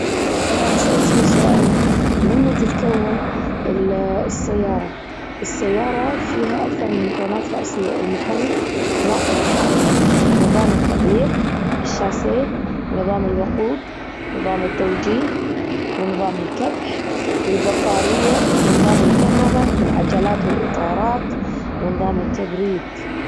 طبعًا سألتني سؤال مما تتكون ال- السيارة. السيارة فيها أكثر من مكونات رئيسية المحرك، ناقل الحركة، نظام التعليق، الشاسية، نظام الوقود، نظام التوجيه، ونظام الكبح، والبطارية، ونظام الكهرباء، العجلات والاطارات، ونظام التبريد.